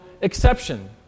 exception